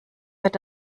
wird